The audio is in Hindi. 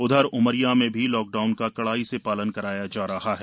उधर उमरिया में भी लॉक डाउन का कड़ाई से पालन कराया जा रहा है